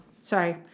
Sorry